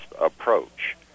approach